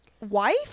wife